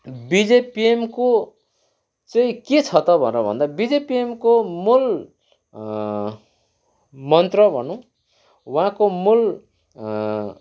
बिजिपिएमको चाहिँ के छ त भनेर भन्दा बिजिपिएमको मूल मन्त्र भनौँ उहाँको मूल